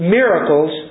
miracles